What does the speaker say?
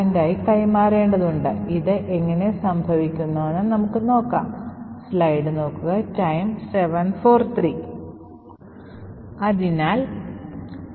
അതിനാൽ കാനറിയിൽ ഉണ്ടാകാൻ പോകുന്ന റാൻഡം മൂല്യം gs20 എന്ന പ്രത്യേക സ്ഥാനത്ത് നിന്ന് ലഭിക്കും അത് GS ചൂണ്ടിക്കാണിച്ച സെഗ്മെന്റിലും ഒരു ഓഫ്സെറ്റ് 20 ലും നിലവിലുള്ള റാൻഡം ഡാറ്റ ആണ്